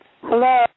Hello